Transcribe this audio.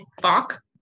fuck